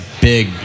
big